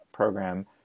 Program